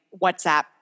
WhatsApp